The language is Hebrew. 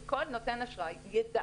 כי כל נותן אשראי ידע